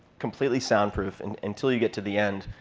completely soundproof. and until you get to the end,